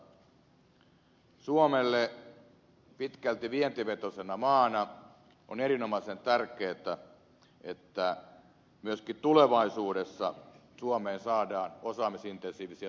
suomelle pitkälti vientivetoisena maana on erinomaisen tärkeätä että myöskin tulevaisuudessa saadaan osaamisintensiivisiä työpaikkoja